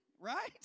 Right